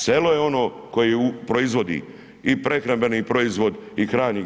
Selo je ono koje proizvodi i prehrambeni proizvod i hrani grad.